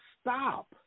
stop